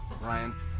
Ryan